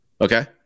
Okay